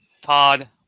Todd